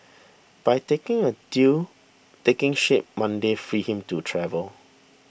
by taking a deal taking shape Monday freed him to travel